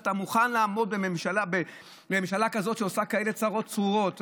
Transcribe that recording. איך אתה מוכן לעמוד בממשלה כזאת שעושה כאלה צרות צרורות?